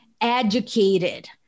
educated